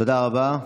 תודה רבה.